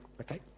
okay